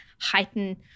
heighten